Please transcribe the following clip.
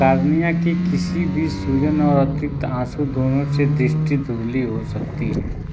cornea की किसी भी सूजन और अतिरिक्त आँसू दोनों से दृष्टि धुंधली हो सकती है